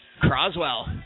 Croswell